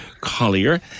Collier